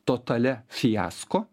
totalia fiasko